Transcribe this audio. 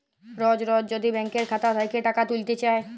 রজ রজ যদি ব্যাংকের খাতা থ্যাইকে টাকা ত্যুইলতে চায়